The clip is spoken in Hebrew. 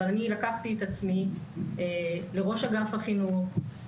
אבל אני לקחתי את עצמי לראש אגף החינוך,